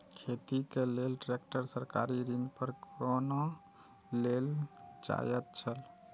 खेती के लेल ट्रेक्टर सरकारी ऋण पर कोना लेल जायत छल?